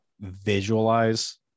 visualize